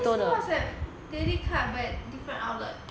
I thought they told us like daily cuts but different outlet